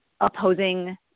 opposing